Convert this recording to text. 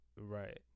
right